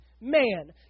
man